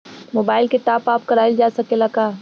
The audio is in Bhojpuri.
मोबाइल के टाप आप कराइल जा सकेला का?